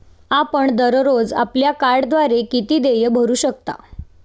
आपण दररोज आपल्या कार्डद्वारे किती देय भरू शकता?